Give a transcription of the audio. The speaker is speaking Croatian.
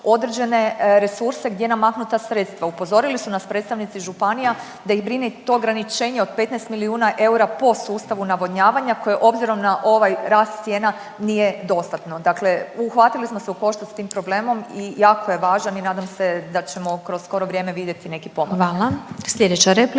određene resurse gdje namaknuti ta sredstva. Upozorili su nas predstavnici županija da ih brine i to ograničenje od 15 milijuna eura po sustavu navodnjavanja koje obzirom na ovaj rast cijena nije dostatno. Dakle, uhvatili smo se u koštac sa tim problemom i jako je važan i nadam se da ćemo kroz skoro vrijeme vidjeti neki pomak.